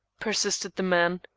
persisted the man.